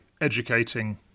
educating